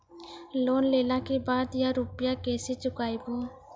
Loan लेला के बाद या रुपिया केसे चुकायाबो?